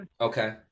Okay